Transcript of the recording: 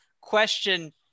Question